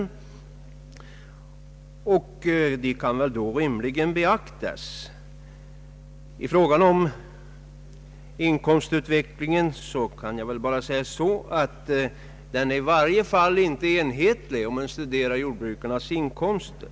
De nu framförda förslagen kan väl lämpligen tas upp i det sammanhanget. I fråga om inkomstutvecklingen kan jag bara säga att den i varje fall inte är enhetlig, vilket framgår om man studerar jordbrukarnas inkomster.